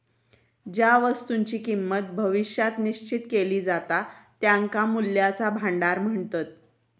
ज्या वस्तुंची किंमत भविष्यात निश्चित केली जाता त्यांका मूल्याचा भांडार म्हणतत